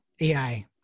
AI